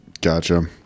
Gotcha